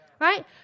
right